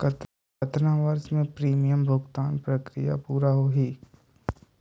कतना वर्ष मे प्रीमियम भुगतान प्रक्रिया पूरा होही?